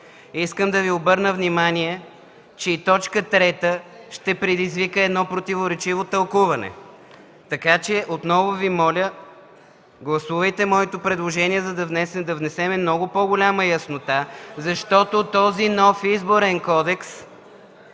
Искам да Ви обърна внимание, че и точка трета ще предизвика противоречиво тълкуване. Така че отново Ви моля – гласувайте моето предложение, за да внесем много по-голяма яснота, защото този нов Изборен кодекс